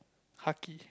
hulky